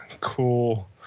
cool